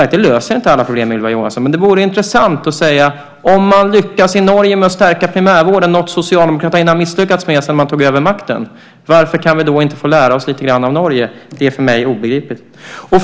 Det löser som sagt inte alla problem, Ylva Johansson, men det vore intressant att höra: Om nu Norge lyckas med att stärka primärvården, något Socialdemokraterna har misslyckats med sedan man tog över makten, varför kan vi då inte få lära oss lite grann av Norge? Det är för mig obegripligt.